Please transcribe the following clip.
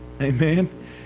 Amen